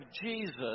Jesus